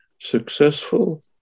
successful